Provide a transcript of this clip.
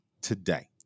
today